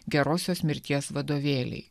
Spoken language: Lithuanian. gerosios mirties vadovėliai